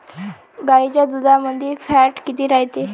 गाईच्या दुधामंदी फॅट किती रायते?